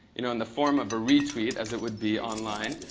you know in the form of a re-tweet, as it would be online,